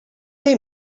they